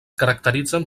caracteritzen